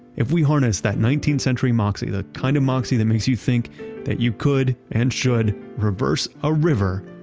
if we harness that nineteenth century moxie. that kind of moxie that makes you think that you could and should reverse a river,